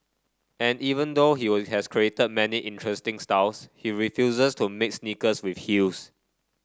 and even though he were has created many interesting styles he refuses to make sneakers with heels